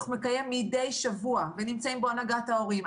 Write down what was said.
מקיים מדי שבוע ונמצאים בו הנהגת ההורים,